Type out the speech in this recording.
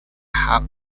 hoc